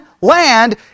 land